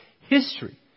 history